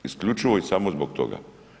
Isključivo i samo zbog toga.